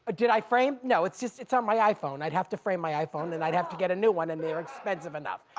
but did i frame? no, just it's on my iphone. i'd have to frame my iphone and i'd have to get a new one and they're expensive enough,